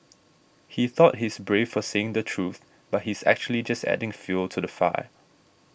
he thought he's brave for saying the truth but he's actually just adding fuel to the fire